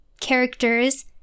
characters